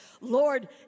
Lord